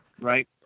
right